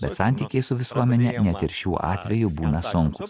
bet santykiai su visuomene net ir šiuo atveju būna sunkūs